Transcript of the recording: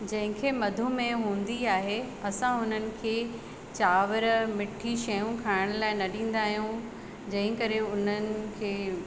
जंहिंखे मधूमेह हूंदी आहे असां हुननि खे चांवर मिठी शयूं खाइण लाइ न ॾींदा आहियूं जंहिं करे हुननि खे